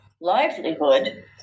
livelihood